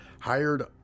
hired